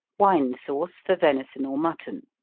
wine sauce for venison or mutton.